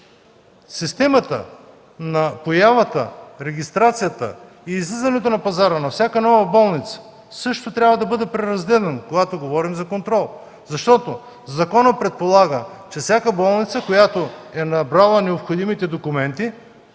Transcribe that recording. Системата на появата, регистрацията и излизането на пазара на всяка нова болница също трябва да бъде преразгледана, когато говорим за контрол. Законът предполага, че за всяка болница, която е набрала необходимите документи,